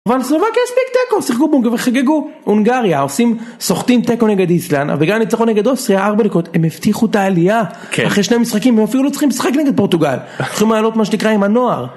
אבל לסלובקיה הספיק תיקו, שיחקו בונגה וחגגו הונגריה, עושים, סוחטים תיקו נגד איסלנד ובגלל הניצחון נגד אוסטריה ארבע דקות, הם הבטיחו את העלייה אחרי שני משחקים, הם אפילו לא צריכים לשחק נגד פורטוגל, צריכים לעלות מה שנקרא עם הנוער